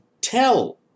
tell